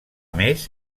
més